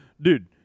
dude